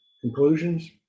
conclusions